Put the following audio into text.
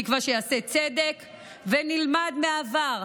כמו בעבר,